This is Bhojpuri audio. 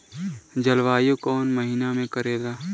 जलवायु कौन महीना में करेला?